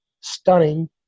stunning